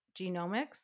genomics